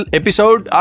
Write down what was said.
episode